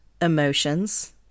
emotions